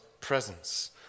presence